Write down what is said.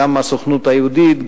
גם הסוכנות היהודית,